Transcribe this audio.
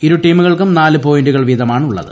ഇരു ടീമുകൾക്കും നാല് പോയിന്റുകൾ വീതമാണുള്ളത്